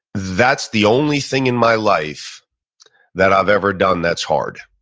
that's the only thing in my life that i've ever done that's hard